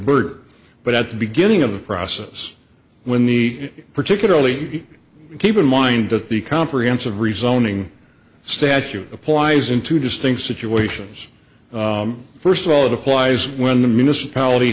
bird but at the beginning of the process when the particularly keep in mind that the comprehensive rezoning statute applies in two distinct situations first of all it applies when the municipality